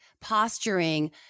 posturing